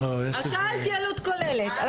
שאלתי עלות כוללת.